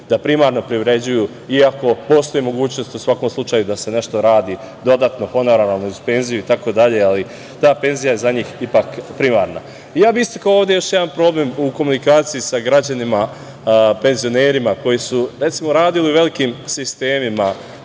da primarno privređuju, iako postoji mogućnost, u svakom slučaju, da se nešto radi dodatno, honorarno, uz penziju itd, ali ta penzija je za njih ipak primarna. Istakao bih ovde još jedan problem, u komunikaciji sa građanima, penzionerima koji su radili u velikim sistemima